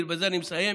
ובזה אני מסיים,